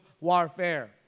warfare